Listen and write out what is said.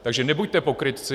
Takže nebuďte pokrytci.